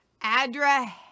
Adra